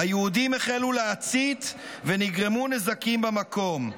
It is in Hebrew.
היהודים החלו להצית ונגרמו נזקים במקום.